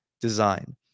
design